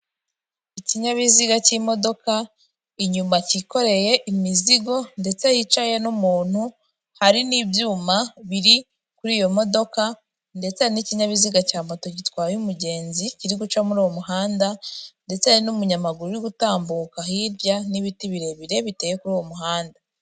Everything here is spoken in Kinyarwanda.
Ikinyabiziga cy'imodoka, inyuma cyikoreye imizigo ndetse hicaye n'umuntu, hari n'ibyuma biri kuri iyo modoka ndetse hari n'ikinyabiziga cya moto gitwaye umugenzi kiri guca muri uwo muhanda ndetse n'umunyamaguru uri gutambuka hirya n'ibiti birebire biteye kuri uwo muhanda.